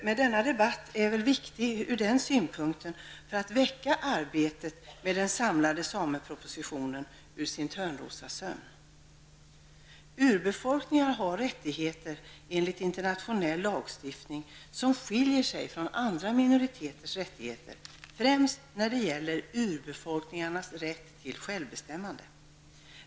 Men denna debatt är väl viktig från den synpunkten att den kan väcka arbetet med den samlade samepropositionen ur sin Urbefolkningar har enligt internationell lagstiftning rättigheter som skiljer sig från andra minoriteters rättigheter. Främst gäller det urbefolkningarnas rätt till självbestämmande.